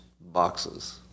boxes